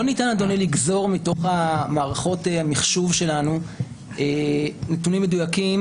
לא ניתן אדוני לגזור מתוך מערכות המחשוב שלנו נתונים מדויקים